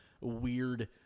weird